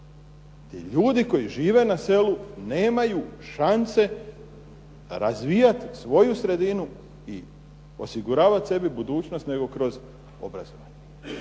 ljudi koji žive na selu nemaju šanse razvijati svoju sredinu i osiguravati sebi budućnost nego kroz obrazovanje.